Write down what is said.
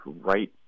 right